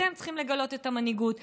אתם צריכים לגלות את המנהיגות.